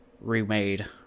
Remade